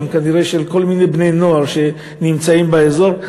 כנראה של כל מיני בני-נוער שנמצאים באזור.